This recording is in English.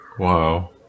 Wow